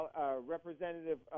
Representative